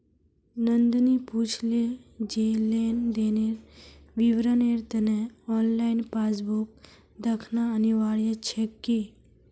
नंदनी पूछले जे लेन देनेर विवरनेर त न ऑनलाइन पासबुक दखना अनिवार्य छेक की